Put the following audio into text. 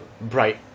Bright